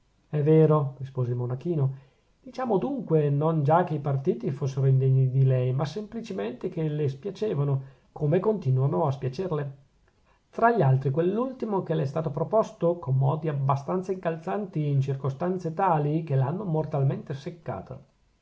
è vero rispose il monachino diciamo dunque non già che i partiti fossero indegni di lei ma semplicemente che le spiacevano come continuano a spiacerle tra gli altri quell'ultimo che le è stato proposto con modi abbastanza incalzanti e in circostanze tali che l'hanno mortalmente seccata